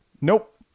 Nope